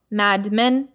madmen